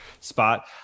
spot